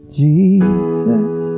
jesus